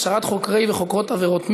הכשרת חוקרי וחוקרות עבירות מין,